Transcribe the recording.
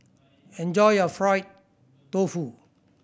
enjoy your fried tofu